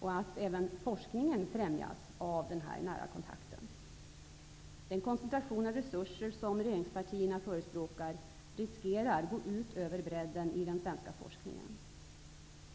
och att även forskningen främjas av denna nära kontakt. Den koncentration av resurser som regeringspartierna förespråkar riskerar att gå ut över bredden i den svenska forskningen.